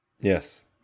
Yes